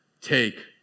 Take